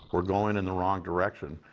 we're going in the wrong direction,